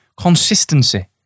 consistency